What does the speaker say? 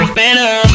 better